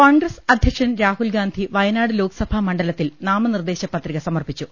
കോൺഗ്രസ് അധ്യക്ഷൻ രാഹുൽ ഗാന്ധി വയനാട് ലോക്സഭാ മണ്ഡലത്തിൽ നാമനിർദേശ പത്രിക സമർപ്പിച്ചു